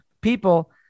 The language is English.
people